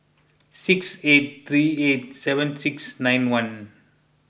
six eight three eight seven six nine one